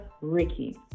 Ricky